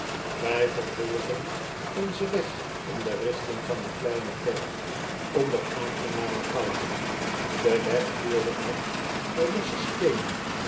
wij vervolgen onzen weg in de richting van do kleine kerk onder aangenamen kout de weg voerde ons door losse steenen